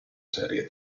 seria